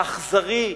האכזרי,